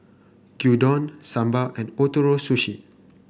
Gyudon Sambar and Ootoro Sushi